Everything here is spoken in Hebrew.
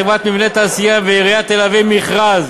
חברת "מבני תעשייה" ועיריית תל-אביב מכרז